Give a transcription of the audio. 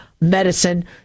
medicine